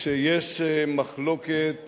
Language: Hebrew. שיש מחלוקת